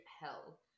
hell